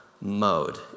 mode